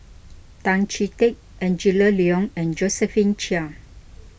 Tan Chee Teck Angela Liong and Josephine Chia